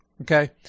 okay